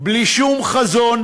בלי שום חזון,